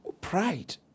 pride